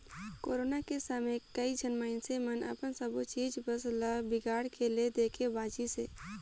corona के समे कइझन मइनसे मन अपन सबो चीच बस ल बिगाड़ के ले देके बांचिसें